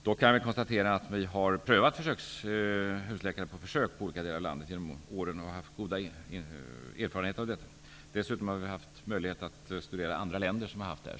Dock kan vi konstatera att husläkare har införts på försök i olika delar av landet genom åren och att erfarenheterna av detta har varit goda. Dessutom har vi haft möjlighet att studera andra länder som har haft husläkare.